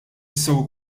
jistgħu